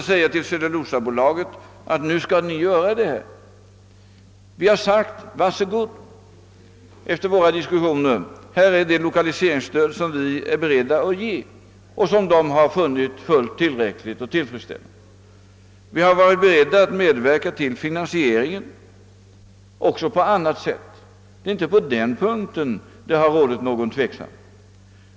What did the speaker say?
Vi kan inte t.ex. ålägga Cellulosabolaget att handla på ett visst sätt. Efter våra diskussioner har vi sagt: Var så god! Här är det lokaliseringsstöd som vi är beredda att ge. Det stödet har man funnit fullt tillräckligt och tillfredsställande. Vi har varit beredda att medverka till finansieringen även på annat sätt. Det är inte på den punkten som det har rått tvekan.